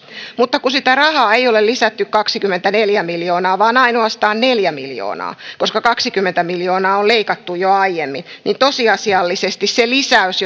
mutta kun sitä rahaa ei ole lisätty kaksikymmentäneljä miljoonaa vaan ainoastaan neljä miljoonaa koska kaksikymmentä miljoonaa on leikattu jo aiemmin niin tosiasiallisesti se lisäys